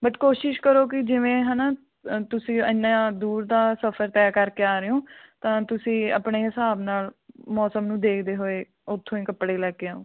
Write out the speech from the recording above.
but ਕੋਸ਼ਿਸ਼ ਕਰੋ ਕਿ ਜਿਵੇਂ ਹੈ ਨਾ ਤੁਸੀਂ ਐਨਾ ਦੂਰ ਦਾ ਸਫਰ ਤੈਅ ਕਰਕੇ ਆ ਰਹੇ ਹੋ ਤਾਂ ਤੁਸੀਂ ਆਪਣੇ ਹਿਸਾਬ ਨਾਲ ਮੌਸਮ ਨੂੰ ਦੇਖਦੇ ਹੋਏ ਉੱਥੋਂ ਹੀ ਕੱਪੜੇ ਲੈ ਕੇ ਆਉ